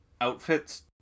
outfits